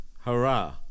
Hurrah